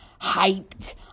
hyped